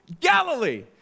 Galilee